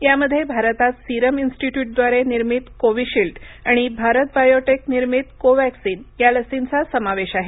यामध्ये भारतात सीरम इन्स्टिट्यूटद्वारे निर्मित कोविशिल्ड आणि भारत बायेटक निर्मित कोर्वेक्सिन या लसींचा समावेश आहे